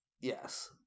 Yes